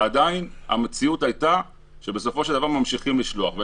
ועדיין המציאות היא שממשיכים עם זה.